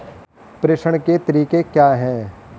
प्रेषण के तरीके क्या हैं?